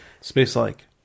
Space-like